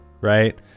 right